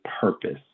purpose